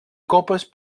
copes